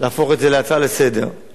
להפוך את זה להצעה לסדר-היום.